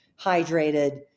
hydrated